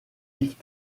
vivent